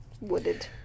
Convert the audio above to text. Wooded